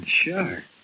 sure